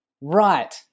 right